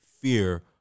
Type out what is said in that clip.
fear